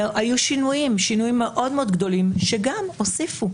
היו שינויים מאוד גדולים שגם הוסיפו,